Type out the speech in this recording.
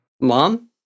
Mom